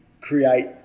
create